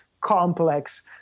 complex